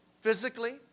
Physically